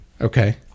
Okay